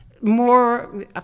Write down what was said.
more